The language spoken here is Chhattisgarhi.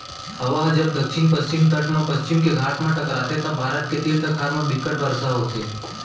हवा ह जब दक्छिन पस्चिम तट म पस्चिम के घाट म टकराथे त भारत के तीर तखार म बिक्कट बरसा होथे